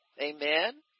Amen